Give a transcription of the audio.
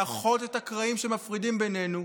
לאחות את הקרעים שמפרידים בינינו,